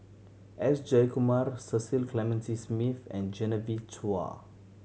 S Jayakumar Cecil Clementi Smith and Genevieve Chua